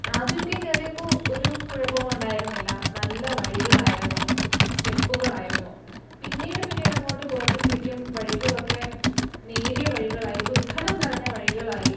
ആദ്യമൊക്കെ കയറിയപ്പോൾ ഒരു കുഴപ്പവും ഉണ്ടായിരുന്നില്ല നല്ല വഴികളായിരുന്നു സ്റ്റെപ്പുകളായിരുന്നു പിന്നീട് പിന്നീട് അങ്ങോട്ട് പോയപ്പോഴേക്കും വഴികളൊക്കെ നേരിയ വഴികളായി ദുർഘടം നിറഞ്ഞ വഴികളായി